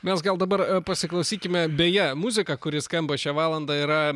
mes gal gal dabar pasiklausykime beje muzika kuri skamba šią valandą yra